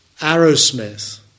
arrowsmith